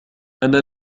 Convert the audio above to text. أنا